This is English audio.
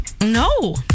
No